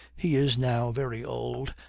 he is now very old,